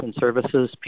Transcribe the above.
services